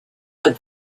but